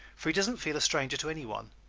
for he does not feel a stranger to any one.